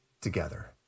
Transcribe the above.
together